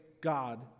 God